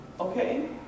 Okay